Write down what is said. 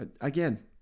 Again